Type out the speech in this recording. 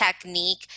technique